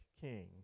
king